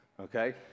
okay